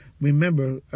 remember